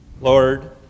Lord